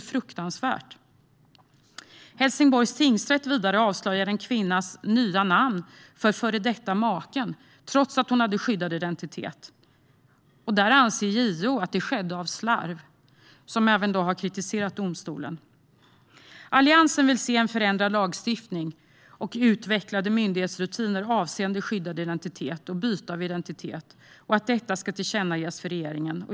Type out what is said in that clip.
Vidare avslöjade Helsingborgs tingsrätt en kvinnas nya namn för den före detta maken trots att hon hade skyddad identitet. JO anser att det skedde av slarv och har kritiserat domstolen. Alliansen vill se en förändrad lagstiftning och utvecklade myndighetsrutiner avseende skyddad identitet och byte av identitet och att detta ska tillkännages för regeringen.